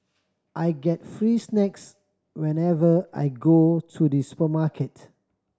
I get free snacks whenever I go to the supermarket